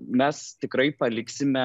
mes tikrai paliksime